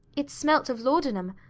it smelt of laudanum,